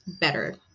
better